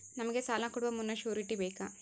ನಮಗೆ ಸಾಲ ಕೊಡುವ ಮುನ್ನ ಶ್ಯೂರುಟಿ ಬೇಕಾ?